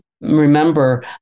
remember